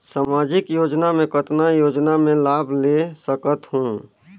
समाजिक योजना मे कतना योजना मे लाभ ले सकत हूं?